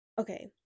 okay